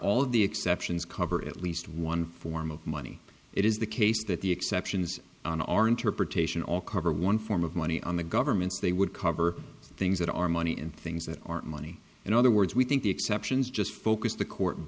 of the exceptions cover at least one form of money it is the case that the exceptions on our interpretation all cover one form of money on the government's they would cover things that are money and things that aren't money in other words we think the exceptions just focus the court